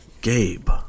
Gabe